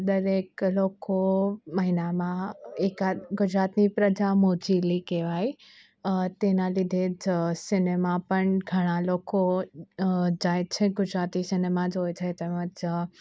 દરેક લોકો મહિનામાં એકાદ ગુજરાતની પ્રજા મોજીલી કહેવાય તેના લીધે જ સિનેમા પણ ઘણા લોકો જાય છે ગુજરાતી સિનેમા જોવે છે તેમ જ